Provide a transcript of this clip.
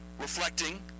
reflecting